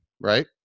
right